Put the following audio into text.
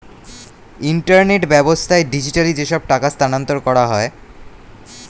internet ব্যাবস্থায় digitally যেসব টাকা স্থানান্তর করা হয়